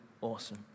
awesome